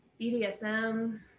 BDSM